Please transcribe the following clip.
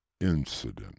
incident